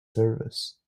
service